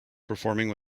performing